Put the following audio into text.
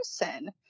person